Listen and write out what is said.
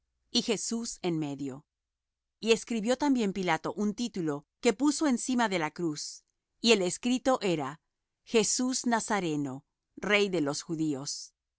y jesús en medio y escribió también pilato un título que puso encima de la cruz y el escrito era jesus nazareno rey de los judios